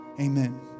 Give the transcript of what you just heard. Amen